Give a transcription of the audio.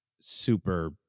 super